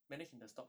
manage 你的 stock